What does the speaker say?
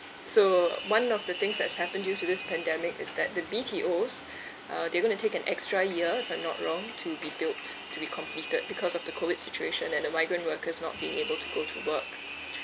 so one of the things that's happen due to this pandemic is that the B_T_O's uh they are going to take an extra year if I'm not wrong to be built to be completed because of the COVID situation and the migrant workers not being able to go to work